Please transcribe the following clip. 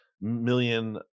million